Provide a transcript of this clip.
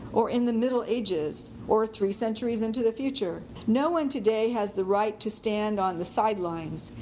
or in the middle ages, or three centuries into the future. no one today has the right to stand on the sidelines,